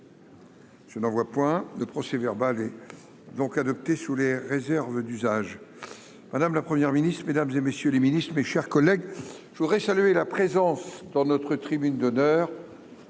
d'observation ?... Le procès-verbal est adopté sous les réserves d'usage. Madame la Première ministre, mesdames, messieurs les ministres, mes chers collègues, je salue la présence dans notre tribune d'honneur